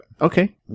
Okay